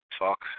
talk